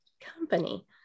company